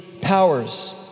powers